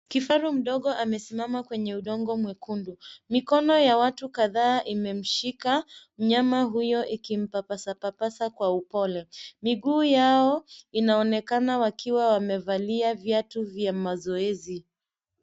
Kifaru mdogo amesimama kwenye udongo mwekundu. Mikono ya watu kadhaa imemshika mnyama huyo ikimpapasapapasa kwa upole. Miguu yao inaonekana wakiwa wamevalia viatu vya mazoezi.